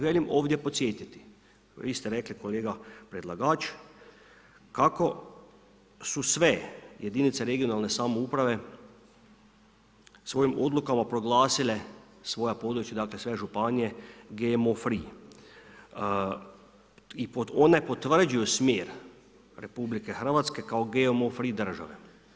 Želim ovdje podsjetiti, vi ste rekli kolega predlagač kako su sve jedinice regionalne samouprave svojim odlukama proglasile svoja područja, dakle sve županije GMO free i one potvrđuju smjer RH kao GMO free države.